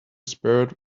spared